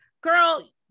girl